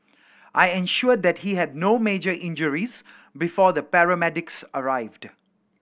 I ensured that he had no major injuries before the paramedics arrived